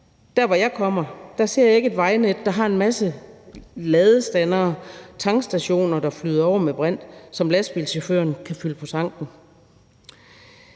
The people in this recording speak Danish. Der, hvor jeg kommer, ser jeg ikke et vejnet, der har en masse ladestandere og tankstationer, der flyder over med brint, som lastbilchaufførerne kan fylde på tanken.